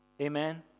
amen